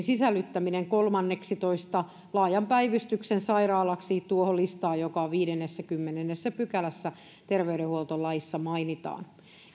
sisällyttäminen kolmanneksitoista laajan päivystyksen sairaalaksi tuohon listaan joka viidennessäkymmenennessä pykälässä terveydenhuoltolaissa mainitaan